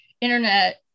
internet